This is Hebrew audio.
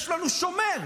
יש לנו שומר.